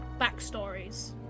backstories